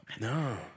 No